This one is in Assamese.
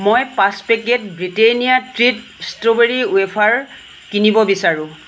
মই পাঁচ packet Britannia treat strawberry wafer কিনিব বিচাৰোঁ